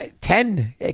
Ten